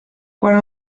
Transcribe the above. quant